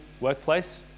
workplace